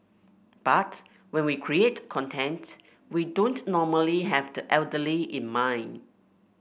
but when we create content we don't normally have the elderly in mind